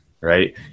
right